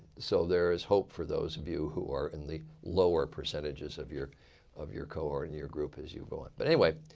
so there is hope for those of you who are in the lower percentages of your of your cohort and your group as you go on. but anyway,